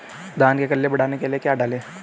धान में कल्ले बढ़ाने के लिए क्या डालें?